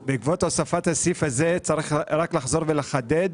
אבל בעקבות הוספת הסעיף הזה צריך רק לחזור ולחדד